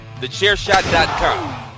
TheChairShot.com